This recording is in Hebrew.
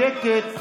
בשקט.